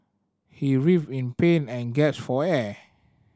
he writhed in pain and gasped for air